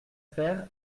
faire